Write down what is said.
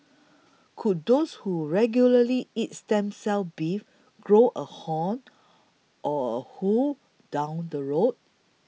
could those who regularly eat stem cell beef grow a horn or a hoof down the road